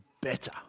better